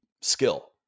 skill